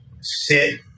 sit